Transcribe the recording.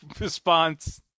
response